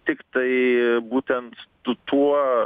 tiktai būtent tu tuo